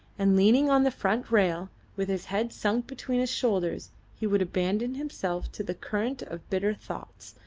and leaning on the front rail with his head sunk between his shoulders he would abandon himself to the current of bitter thoughts,